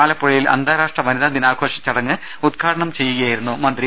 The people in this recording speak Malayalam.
ആലപ്പുഴയിൽ അ ന്താരാഷ്ട്ര വനിതാ ദിനാഘോഷ ചടങ്ങ് ഉദ്ഘാടനം നിർവഹിക്കുകയായി രുന്നു മന്ത്രി